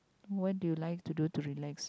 what do you like to do to relax